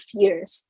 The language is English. years